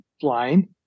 flying